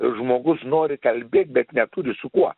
žmogus nori kalbėt bet neturi su kuo